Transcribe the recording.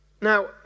Now